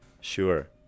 Sure